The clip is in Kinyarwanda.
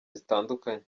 zitandukanye